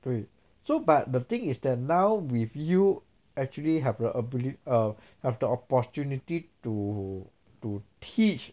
对 so but the thing is that now with you actually have the abili~ err have the opportunity to to teach